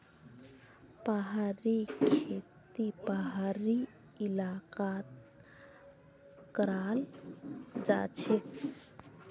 पहाड़ी खेती पहाड़ी इलाकात कराल जाछेक